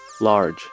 Large